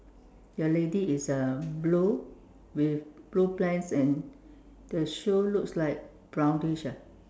your lady is a blue with blue pants and the shoe looks like brownish ah